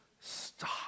stop